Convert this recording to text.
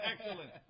excellent